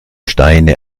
steine